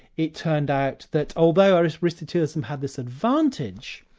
it turned out that although um aristotelianism had this advantage,